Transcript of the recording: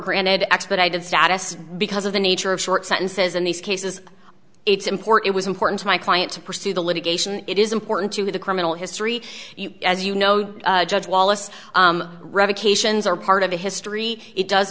granted expedited status because of the nature of short sentences in these cases it's important was important to my client to pursue the litigation it is important to the criminal history as you know judge wallace revocations are part of the history it does